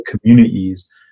communities